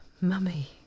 Mummy